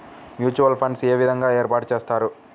Mutual funds ఏ విధంగా ఏర్పాటు చేస్తారు?